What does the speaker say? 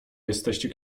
jesteście